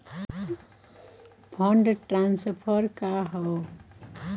Fund transfer का हव?